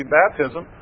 baptism